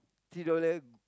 three dollar